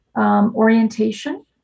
orientation